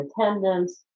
attendance